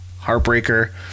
heartbreaker